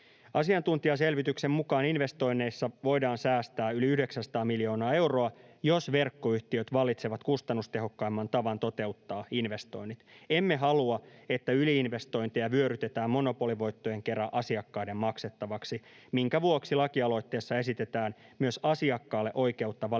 Asiantuntijaselvityksen mukaan investoinneissa voidaan säästää yli 900 miljoonaa euroa, jos verkkoyhtiöt valitsevat kustannustehokkaimman tavan toteuttaa investoinnit. Emme halua, että yli-investointeja vyörytetään monopolivoittojen kera asiakkaiden maksettavaksi, minkä vuoksi lakialoitteessa esitetään myös asiakkaalle oikeutta valita matalampi